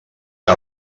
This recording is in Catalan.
que